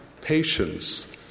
patience